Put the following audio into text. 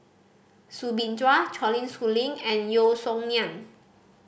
Soo Bin Chua Colin Schooling and Yeo Song Nian